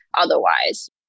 otherwise